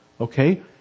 Okay